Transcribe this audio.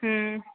ಹ್ಞೂ